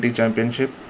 championship